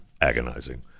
agonizing